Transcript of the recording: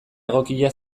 egokia